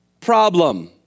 problem